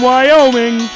Wyoming